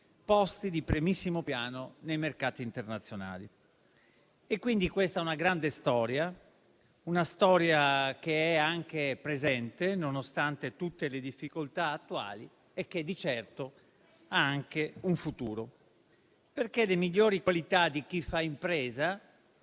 posti di primissimo piano nei mercati internazionali. Questa è quindi una grande storia che è anche presente nonostante tutte le difficoltà attuali e che di certo ha anche un futuro. Le migliori qualità di chi fa impresa